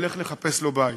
הולך לחפש לו בית.